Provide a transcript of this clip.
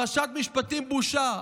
"פרשת משפטים, בושה".